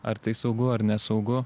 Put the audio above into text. ar tai saugu ar nesaugu